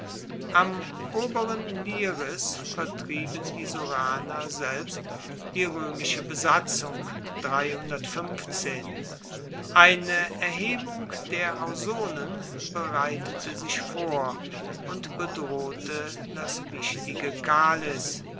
am oberen liris vertrieben die soraner selbst die roemische besatzung eine erhebung der ausonen bereitete sich vor und bedrohte das wichtige